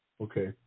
Okay